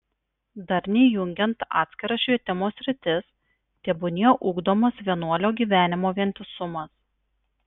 darniai jungiant atskiras švietimo sritis tebūnie ugdomas vienuolio gyvenimo vientisumas